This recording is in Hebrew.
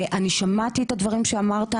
אני שמעתי את הדברים שאמרת,